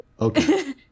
Okay